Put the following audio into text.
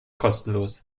kostenlos